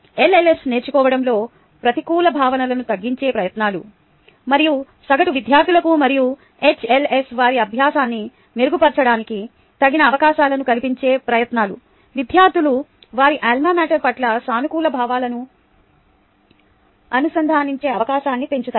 ఎల్ఎల్ఎస్లో నేర్చుకోవడంలో ప్రతికూల భావాలను తగ్గించే ప్రయత్నాలు మరియు సగటు విద్యార్థులకు మరియు హెచ్ఎల్ఎస్కు వారి అభ్యాసాన్ని మెరుగుపర్చడానికి తగిన అవకాశాలను కల్పించే ప్రయత్నాలు విద్యార్థులు వారి అల్మా మేటర్ పట్ల సానుకూల భావాలను అనుసంధానించే అవకాశాన్ని పెంచుతాయి